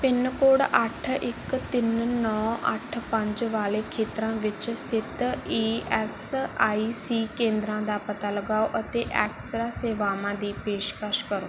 pin code ਅੱਠ ਇੱਕ ਤਿੰਨ ਨੌਂ ਅੱਠ ਪੰਜ ਵਾਲੇ ਖੇਤਰਾਂ ਵਿੱਚ ਸਥਿਤ ਈ ਐੱਸ ਆਈ ਸੀ ਕੇਂਦਰਾਂ ਦਾ ਪਤਾ ਲਗਾਓ ਅਤੇ ਐਕਸਰਾ ਸੇਵਾਵਾਂ ਦੀ ਪੇਸ਼ਕਸ਼ ਕਰੋ